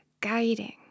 guiding